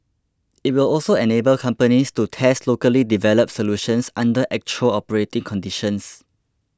it will also enable companies to test locally developed solutions under actual operating conditions